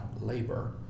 labor